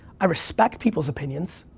i respect people's opinions.